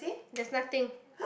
there's nothing